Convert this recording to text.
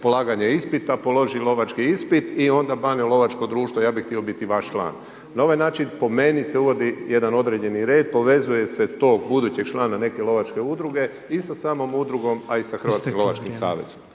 polaganje ispita, položi lovački ispit i onda bane u lovačko društvo, ja bih htio biti vaš član. Na ovaj način, po meni se uvodi jedan određeni red, povezuje se stoga toga budućeg člana neke lovačke udruge i sa samom udrugom, a i sa Hrvatskim lovačkim savezom.